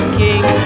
king